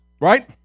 right